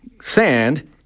sand